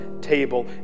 table